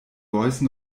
voice